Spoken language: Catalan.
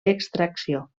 extracció